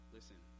Listen